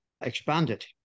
expanded